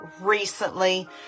recently